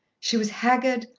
she was haggard,